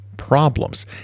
Problems